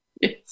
Yes